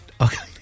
Okay